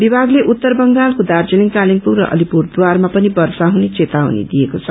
विभागले उत्तर बंगालको दार्जीलिङ कालेबुङ र अलिपुरद्वारमा पनि वर्षा हुने चेतावनी दिएको छ